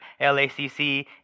LACC